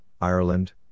Ireland